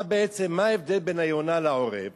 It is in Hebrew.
מה בעצם, מה ההבדל בין היונה לעורב?